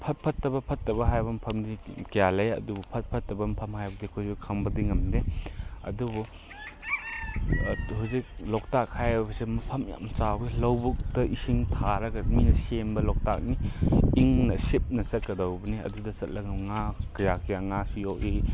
ꯐꯠ ꯐꯠꯇꯕ ꯐꯠꯇꯕ ꯍꯥꯏꯕ ꯃꯐꯝꯁꯤꯗꯤ ꯀꯌꯥ ꯂꯩ ꯑꯗꯨꯕꯨ ꯐꯠ ꯐꯠꯇꯕ ꯃꯐꯝ ꯍꯥꯏꯕꯗꯤ ꯑꯩꯈꯣꯏꯁꯨ ꯈꯪꯕꯗꯤ ꯉꯝꯗꯦ ꯑꯗꯨꯕꯨ ꯍꯧꯖꯤꯛ ꯂꯣꯛꯇꯥꯛ ꯍꯥꯏꯕꯁꯦ ꯃꯐꯝ ꯌꯥꯝ ꯆꯥꯎꯏ ꯂꯧꯕꯨꯛꯇ ꯏꯁꯤꯡ ꯊꯥꯔꯒ ꯃꯤꯅ ꯁꯦꯝꯕ ꯂꯣꯛꯇꯥꯛꯅꯤ ꯏꯪꯅ ꯁꯤꯞꯅ ꯆꯠꯀꯗꯕꯅꯤ ꯑꯗꯨꯗ ꯆꯠꯂꯒ ꯉꯥ ꯀꯌꯥ ꯀꯌꯥ ꯉꯥꯁꯨ ꯌꯣꯛꯏ